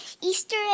Easter